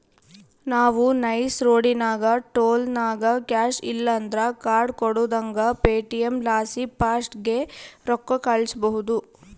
ನಾವು ನೈಸ್ ರೋಡಿನಾಗ ಟೋಲ್ನಾಗ ಕ್ಯಾಶ್ ಇಲ್ಲಂದ್ರ ಕಾರ್ಡ್ ಕೊಡುದಂಗ ಪೇಟಿಎಂ ಲಾಸಿ ಫಾಸ್ಟಾಗ್ಗೆ ರೊಕ್ಕ ಕಳ್ಸ್ಬಹುದು